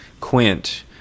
Quint